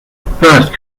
first